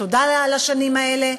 ותודה לה על השנים האלה,